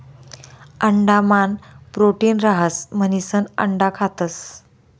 अंडा मान प्रोटीन रहास म्हणिसन अंडा खातस